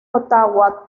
ottawa